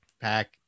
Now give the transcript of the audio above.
pack